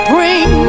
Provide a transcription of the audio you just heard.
Bring